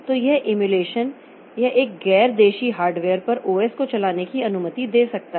तो यह एमुलेशन यह एक गैर देशी हार्डवेयर पर ओएस को चलाने की अनुमति दे सकता है